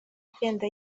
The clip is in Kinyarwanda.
igenda